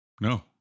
No